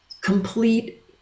complete